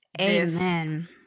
Amen